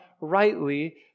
rightly